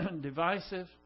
divisive